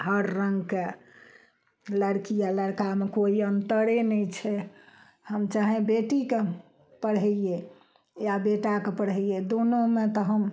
हर रङ्गके लड़की आओर लड़िकामे कोइ अन्तरे नहि छै हम चाहे बेटीके पढ़ैयै या बेटाके पढ़ैयै दोनोमे तऽ हम